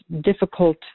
difficult